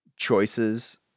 choices